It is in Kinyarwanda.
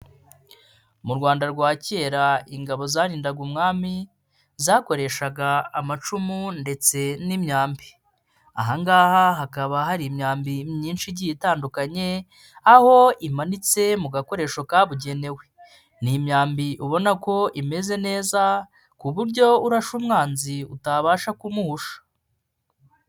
Mu Rwanda rwa kera ingabo zarindaga umwami zakoreshaga amacumu ndetse n'imyambi, aha ngaha hakaba hari imyambi myinshi igiye itandukanye aho imanitse mu gakoresho kabugenewe, ni imyambi ubona ko imeze neza ku buryo urashe umwanzi utabasha kumuhusha.